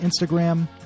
Instagram